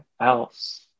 else